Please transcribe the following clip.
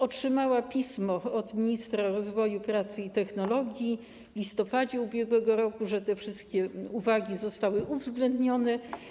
Otrzymała pismo od ministra rozwoju, pracy i technologii w listopadzie ub.r., że te wszystkie uwagi zostały uwzględnione.